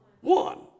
one